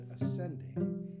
ascending